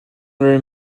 room